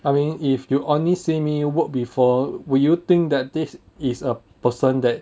I mean if you only see me work before will you think that this is a person that